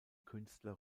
künstler